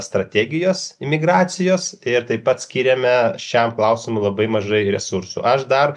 strategijos imigracijos ir taip pat skiriame šiam klausimui labai mažai resursų aš dar